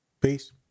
Peace